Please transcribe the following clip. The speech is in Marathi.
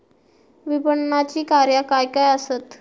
विपणनाची कार्या काय काय आसत?